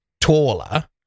taller